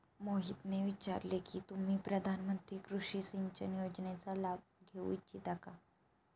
मोहितने विचारले की तुम्ही प्रधानमंत्री कृषि सिंचन योजनेचा लाभ घेऊ इच्छिता का?